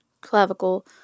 clavicle